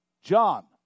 John